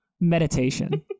meditation